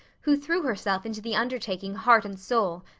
who threw herself into the undertaking heart and soul,